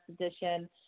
edition